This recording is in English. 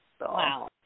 Wow